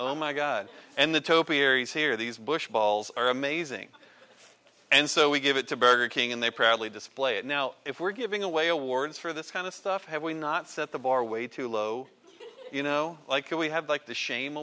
oh my god and the topiaries here these bush balls are amazing and so we give it to burger king and they proudly display it now if we're giving away awards for this kind of stuff have we not set the bar way too low you know like we have like the shame